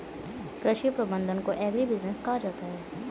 कृषि प्रबंधन को एग्रीबिजनेस कहा जाता है